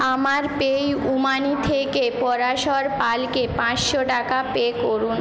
আমার পেউমানি থেকে পরাশর পালকে পাঁচশো টাকা পে করুন